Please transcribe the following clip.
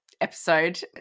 episode